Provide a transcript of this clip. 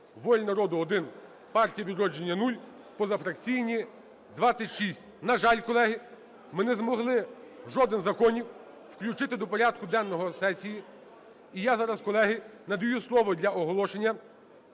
"Воля народу" – 1, "Партія "Відродження" – 0, позафракційні – 26. На жаль, колеги, ми не змогли жоден з законів включити до порядку денного сесії. І я зараз, колеги, надаю слово для оголошення